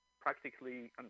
practically